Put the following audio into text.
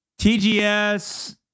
TGS